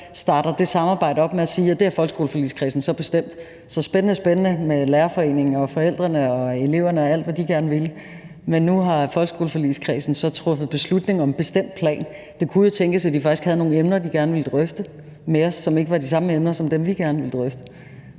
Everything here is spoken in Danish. starte det samarbejde op med at sige: Det har folkeskoleforligskredsen bestemt – så det er spændende med Lærerforeningen og forældrene og eleverne og alt, hvad de gerne vil, men nu har folkeskoleforligskredsen truffet beslutning om en bestemt plan. Det kunne jo tænkes, at de faktisk havde nogle emner, de gerne ville drøfte med os, som ikke var de samme emner som dem, vi gerne vil drøfte.